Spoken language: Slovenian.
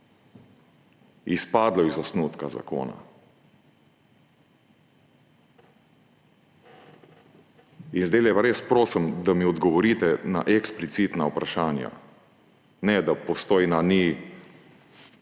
izpadlo iz osnutka zakona. Zdajle pa res prosim, da mi odgovorite na eksplicitna vprašanja. Ne, da Postojna ni